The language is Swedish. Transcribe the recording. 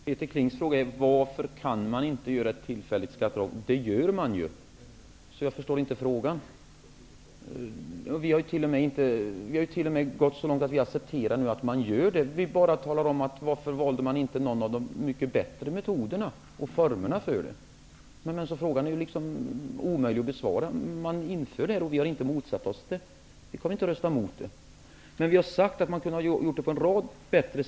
Herr talman! Peter Kling frågar varför man inte kan göra ett tillfälligt skatteavdrag. Det gör man ju. Därför förstår jag inte frågan. Vi har ju t.o.m. gått så långt att vi nu accepterar att man gör det. Vi undrar bara varför man inte valde någon av de mycket bättre metoderna och formerna för det. Frågan är därför omöjlig att besvara. Man inför det här, och vi har inte motsatt oss det. Vi kommer inte att rösta emot det, men vi har sagt att man skulle ha kunnat göra det på en rad sätt som är bättre.